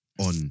On